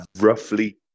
Roughly